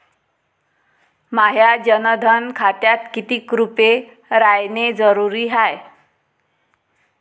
माह्या जनधन खात्यात कितीक रूपे रायने जरुरी हाय?